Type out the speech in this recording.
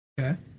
okay